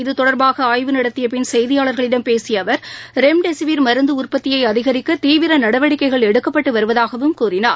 இத்தொடர்பாக ஆய்வு நடத்திய பின் செய்தியாளர்களிடம் பேசிய அவர் ரெம்டெசிவிர் மருந்து உற்பத்தியை அதிகரிக்க தீவிர நடவடிக்கைகள் எடுக்கப்பட்டு வருவதாகவும் கூறினார்